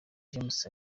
james